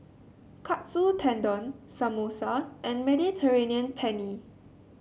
Katsu Tendon Samosa and Mediterranean Penne